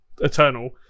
Eternal